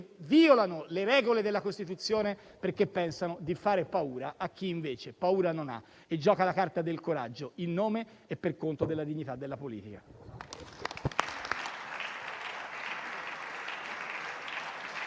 violano le regole della Costituzione, perché pensano di fare paura a chi invece paura non ha e gioca la carta del coraggio, in nome e per conto della dignità della politica.